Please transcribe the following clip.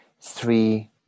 three